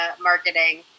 marketing